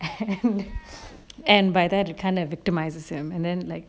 and by that it kind of victimises him and then like